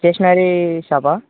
stationery షాపా